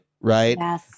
right